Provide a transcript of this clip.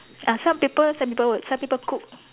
ah some people some people would some people cook